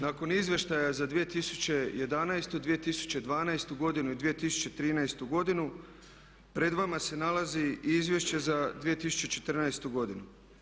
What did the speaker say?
Nakon izvještaja za 2011., 2012. godinu i 2013.godinu pred vama se nalazi izvješće za 2014.godinu.